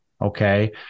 okay